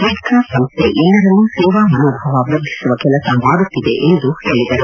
Red Cross ಸಂಸ್ಥೆ ಎಲ್ಲರಲ್ಲೂ ಸೇವಾ ಮನೋಭಾವ ವೃದ್ಧಿಸುವ ಕೆಲಸ ಮಾಡುತ್ತಿದೆ ಎಂದು ಹೇಳದರು